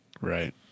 Right